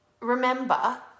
remember